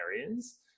areas